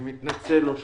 אני מתנצל, לא שמעתי.